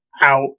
out